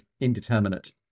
indeterminate